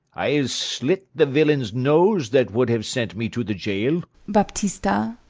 i'll slit the villain's nose that would have sent me to the gaol. baptista.